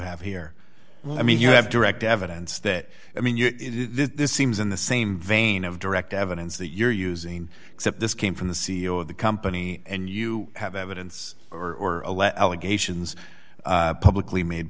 have here i mean you have direct evidence that i mean this seems in the same vein of direct evidence that you're using except this came from the c e o of the company and you have evidence or a leg ations publicly made